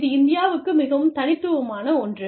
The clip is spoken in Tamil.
இது இந்தியாவுக்கு மிகவும் தனித்துவமான ஒன்று